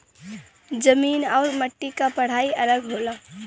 जमीन आउर मट्टी क पढ़ाई अलग होला